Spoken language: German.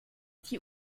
die